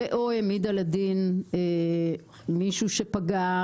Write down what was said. ואו העמידה לדין מישהו שפגע,